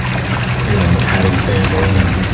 you know, having family and,